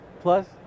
Plus